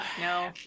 No